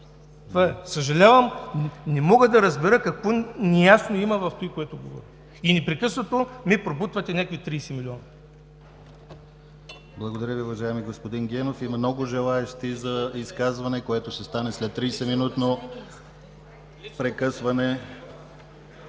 Това е. Съжалявам. Не мога да разбера какво неясно има в това, което говоря, и непрекъснато ми пробутвате някакви 30 милиона. ПРЕДСЕДАТЕЛ ДИМИТЪР ГЛАВЧЕВ: Благодаря Ви, уважаеми господин Генов. Има много желаещи за изказване, което ще стане след 30-минутно прекъсване.